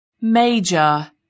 major